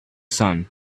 sun